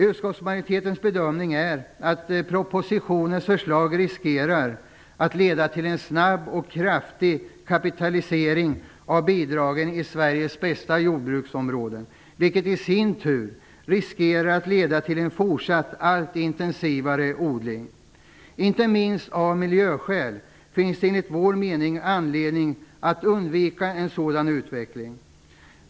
Utskottsmajoritetens bedömning är att propositionens förslag riskerar att leda till en snabb och kraftig kapitalisering av bidragen i Sveriges bästa jordbruksområden, vilket i sin tur riskerar att leda till en fortsatt allt intensivare odling. Inte minst av miljöskäl finns det enligt vår mening anledning att undvika en sådan utveckling.